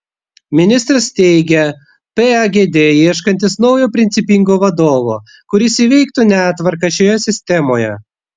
ministras teigia pagd ieškantis naujo principingo vadovo kuris įveiktų netvarką šioje sistemoje